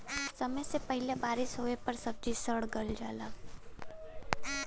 समय से पहिले बारिस होवे पर सब्जी सड़ गल जाला